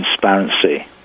transparency